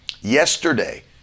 yesterday